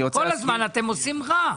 כל הזמן אתם עושים רע,